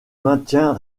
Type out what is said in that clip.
maintien